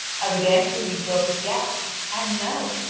i would answer you both yes and no.